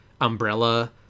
umbrella